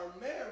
married